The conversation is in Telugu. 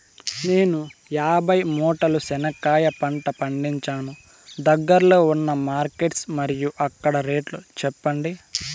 నేను యాభై మూటల చెనక్కాయ పంట పండించాను దగ్గర్లో ఉన్న మార్కెట్స్ మరియు అక్కడ రేట్లు చెప్పండి?